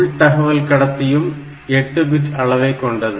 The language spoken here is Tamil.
உள் தகவல் கடத்தியும் 8 பிட் அளவைக் கொண்டது